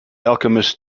alchemist